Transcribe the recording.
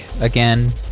again